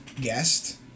guest